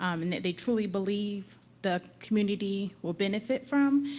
um and that they truly believe the community will benefit from,